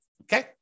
okay